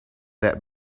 that